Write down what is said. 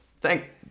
Thank